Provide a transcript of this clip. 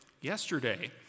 yesterday